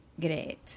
Great